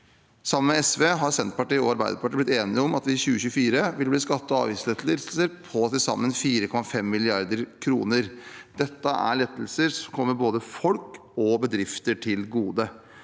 Sammen med SV har Senterpartiet og Arbeiderpartiet blitt enige om at vi i 2024 vil gi skatte- og avgiftslettelser på til sammen 4,5 mrd. kr. Dette er lettelser som kommer både folk og bedrifter til gode.